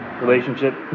relationship